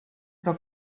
però